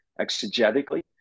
exegetically